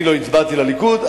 אני לא הצבעתי לליכוד,